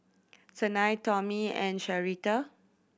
Sanai Tommy and Sharita